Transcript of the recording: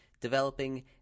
developing